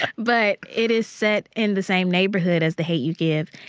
but it is set in the same neighborhood as the hate u give.